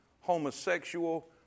homosexual